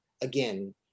again